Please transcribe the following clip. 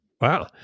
Wow